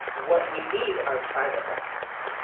what we need are private lessons.